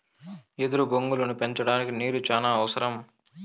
ఎదురు బొంగులను పెంచడానికి నీరు చానా అవసరం